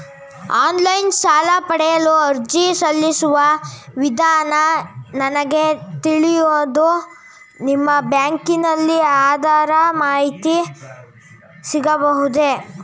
Online ಸಾಲ ಪಡೆಯಲು ಅರ್ಜಿ ಸಲ್ಲಿಸುವ ವಿಧಾನ ನನಗೆ ತಿಳಿಯದು ನಿಮ್ಮ ಬ್ಯಾಂಕಿನಲ್ಲಿ ಅದರ ಮಾಹಿತಿ ಸಿಗಬಹುದೇ?